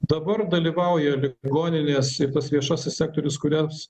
dabar dalyvauja ligoninės ir tas viešasis sektorius kurias